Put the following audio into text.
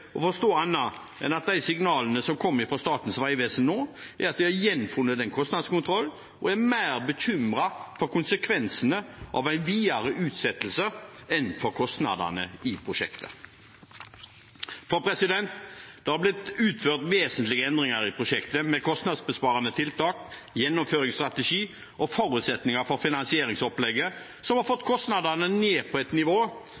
å forstå annet enn at de signalene som kommer fra Statens vegvesen nå, er at de har gjenfunnet kostnadskontrollen og er mer bekymret for konsekvensene av en videre utsettelse enn for kostnadene ved prosjektet, for det er blitt gjort vesentlige endringer i prosjektet, med kostnadsbesparende tiltak, gjennomføringsstrategi og forutsetninger for finansieringsopplegget som har fått kostnadene ned på et nivå